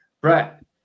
Brett